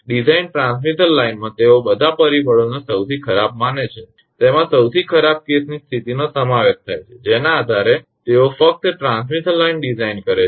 design transmission લાઇનમાં તેઓ બધા પરિબળોને સૌથી ખરાબ માને છે જેમાં સૌથી ખરાબ કેસની સ્થિતિનો સમાવેશ થાય છે જેના આધારે તેઓ ફક્ત ટ્રાન્સમિશન લાઇન ડિઝાઇન કરે છે